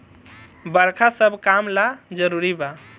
बरखा सब काम ला जरुरी बा